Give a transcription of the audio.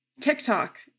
TikTok